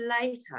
later